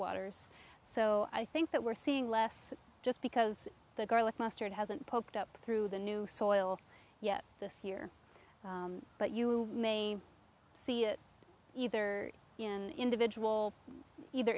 waters so i think that we're seeing less just because the garlic mustard hasn't popped up through the new soil yet this year but you may see it either in individual either